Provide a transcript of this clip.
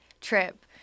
trip